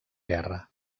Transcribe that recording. guerra